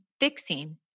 fixing